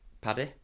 Paddy